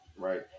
right